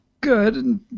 good